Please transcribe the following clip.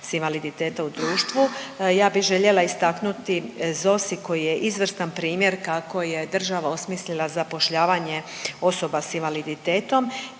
s invaliditetom u društvu. Ja bi željela istaknuti ZOSI koji je izvrstan primjer kako je država osmislila zapošljavanje osoba s invaliditetom